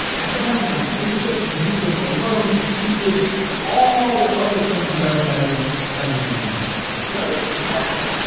advertising on facebook and google alone exceeded all other forms of advertising and spending in the united states. really? yeah.